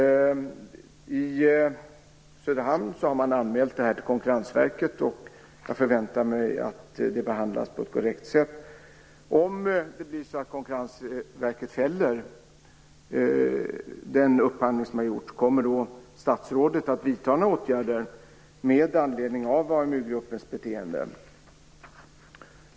I Söderhamn har detta anmälts till Konkurrensverket, och jag förväntar mig att det behandlas på ett korrekt sätt. Kommer statsrådet att vidta några åtgärder med anledning av AMU-gruppens beteende om Konkurrensverket fäller den upphandling som har gjorts?